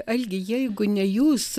algi jeigu ne jūs